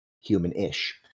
human-ish